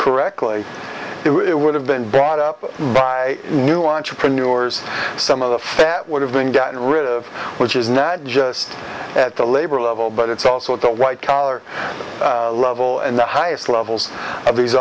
correctly it would have been brought up by new entrepreneurs some of that would have been gotten rid of which is not just at the labor level but it's also at the white collar level and the highest levels of these